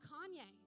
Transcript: Kanye